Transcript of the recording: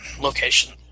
location